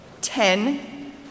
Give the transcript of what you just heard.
Ten